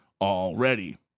already